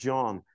John